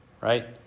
right